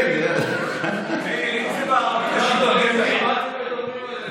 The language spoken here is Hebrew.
עשה משבר קואליציוני.